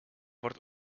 wordt